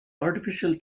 artificial